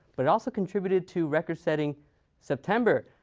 but it also contributed to record-setting september.